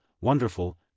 Wonderful